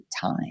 time